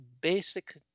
basic